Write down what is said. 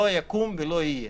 לא יקום ולא יהיה.